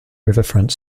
riverfront